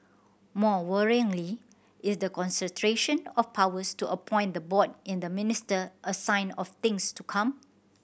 more worryingly is the concentration of powers to appoint the board in the minister a sign of things to come